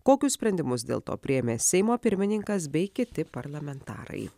kokius sprendimus dėl to priėmė seimo pirmininkas bei kiti parlamentarai